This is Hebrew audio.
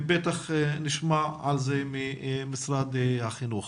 בטח נשמע על זה ממשרד החינוך.